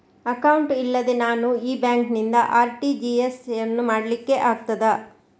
Account ಇಲ್ಲದೆ ನಾನು ಈ ಬ್ಯಾಂಕ್ ನಿಂದ ಆರ್.ಟಿ.ಜಿ.ಎಸ್ ಯನ್ನು ಮಾಡ್ಲಿಕೆ ಆಗುತ್ತದ?